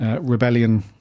Rebellion